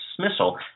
dismissal